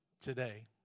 today